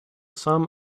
some